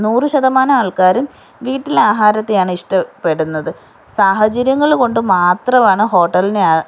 നൂറുശതമാനവാൾക്കാരും വീട്ടിലെ ആഹാരത്തെയാണ് ഇഷ്ടപ്പെടുന്നത് സാഹചര്യങ്ങൾ കൊണ്ട് മാത്രമാണ് ഹോട്ടൽനെ